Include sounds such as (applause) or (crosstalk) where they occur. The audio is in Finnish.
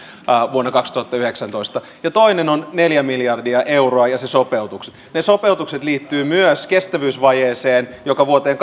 vuonna kaksituhattayhdeksäntoista toinen on neljä miljardia euroa ja ne sopeutukset sopeutukset liittyvät myös kestävyysvajeeseen jota vuoteen (unintelligible)